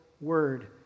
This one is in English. word